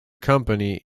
company